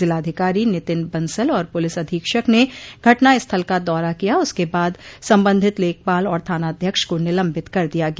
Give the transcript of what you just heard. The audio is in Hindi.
जिलाधिकारी नितिन बंसल और प्रलिस अधीक्षक ने घटना स्थल का दौरा किया उसके बाद संबंधित लेखपाल और थानाध्यक्ष को निलम्बित कर दिया गया